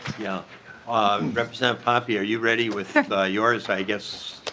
yeah representative hoppe yeah are you ready with yours? i guess